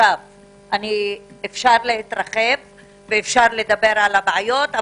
אפשר להתרחב ואפשר לדבר על הבעיות,